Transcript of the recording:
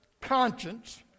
conscience